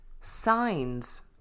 Signs